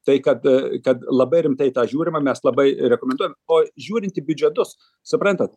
tai kad kad labai rimtai žiūrima mes labai rekomenduojam o žiūrint į biudžetus suprantat